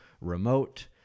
remote